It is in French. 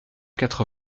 quatre